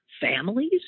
families